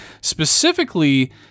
specifically